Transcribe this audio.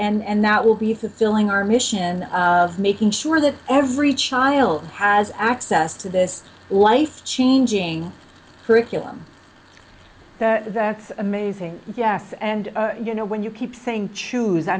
and that will be fulfilling our mission of making sure that every child has access to this life changing curriculum that's amazing yes and you know when you keep saying choose i